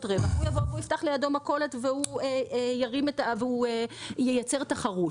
רווח אז הוא יפתח לידו מכולת וייצר תחרות,